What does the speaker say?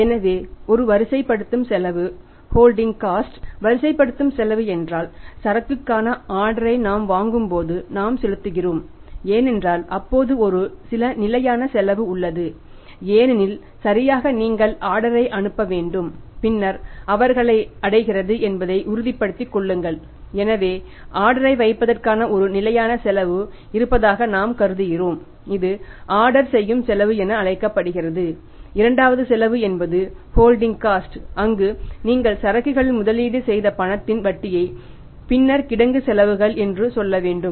எனவே ஒரு வரிசைப்படுத்தும் செலவு ஹோல்டிங் காஸ்ட் அங்கு நீங்கள் சரக்குகளில் முதலீடு செய்த பணத்தின் வட்டியை பின்னர் கிடங்கு செலவுகள் என்று சொல்ல வேண்டும்